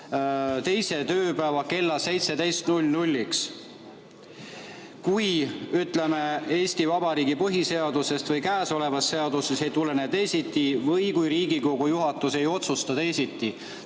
teise tööpäeva kella 17.00-ks, kui Eesti Vabariigi põhiseadusest või käesolevast seadusest ei tulene teisiti või kui Riigikogu juhatus ei otsusta teisiti."